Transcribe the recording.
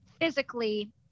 physically